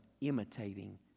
imitating